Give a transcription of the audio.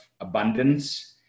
abundance